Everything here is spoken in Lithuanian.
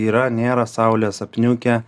yra nėra saulės apniukę